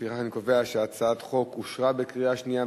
לפיכך אני קובע שהצעת החוק אושרה בקריאה שנייה.